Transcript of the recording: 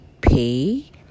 pay